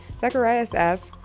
zacharias asks,